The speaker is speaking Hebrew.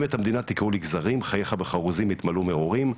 אם את המדינה תקרעו לגזרים חייך בחרוזים יתמלאו מרורים.